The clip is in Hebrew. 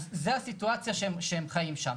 אז זו הסיטואציה שהם חיים שם.